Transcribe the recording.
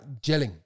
gelling